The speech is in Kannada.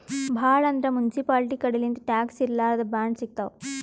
ಭಾಳ್ ಅಂದ್ರ ಮುನ್ಸಿಪಾಲ್ಟಿ ಕಡಿಲಿಂತ್ ಟ್ಯಾಕ್ಸ್ ಇರ್ಲಾರ್ದ್ ಬಾಂಡ್ ಸಿಗ್ತಾವ್